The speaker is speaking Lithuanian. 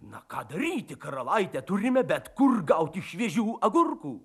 na ką daryti karalaitę turime bet kur gauti šviežių agurkų